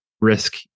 risk